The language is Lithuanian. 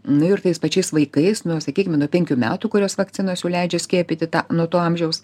nu ir tais pačiais vaikais nu sakykim nuo penkių metų kurios vakcinos jau leidžia skiepyti tą nuo to amžiaus